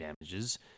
damages